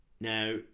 now